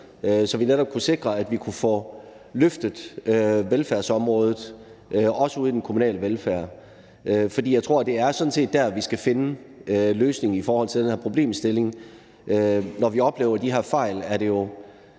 så vi netop kunne sikre, at vi kunne få løftet velfærdsområdet, også ude i den kommunale velfærd. For jeg tror, at det sådan set er der, vi skal finde løsningen i forhold til den her problemstilling. Når vi oplever de her fejl, er det jo